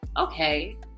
okay